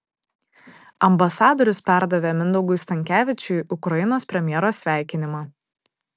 ambasadorius perdavė mindaugui stankevičiui ukrainos premjero sveikinimą